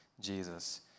Jesus